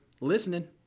listening